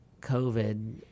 COVID